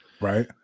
Right